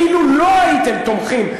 אילו לא הייתם תומכים,